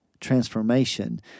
Transformation